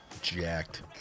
jacked